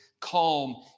calm